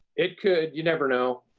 it could, you never know,